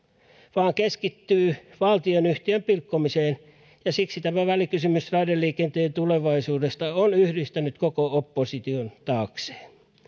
vaan keskittyy valtionyhtiön pilkkomiseen ja siksi tämä välikysymys raideliikenteen tulevaisuudesta on yhdistänyt koko opposition taakseen